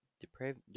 depraved